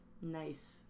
Nice